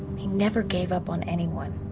he never gave up on anyone,